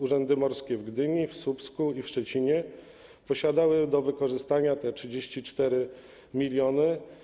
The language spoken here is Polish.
Urzędy morskie w Gdyni, w Słupsku i w Szczecinie miały do wykorzystania te 34 mln.